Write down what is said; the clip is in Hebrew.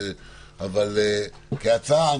אבל כהצעה,